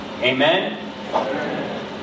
Amen